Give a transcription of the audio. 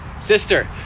sister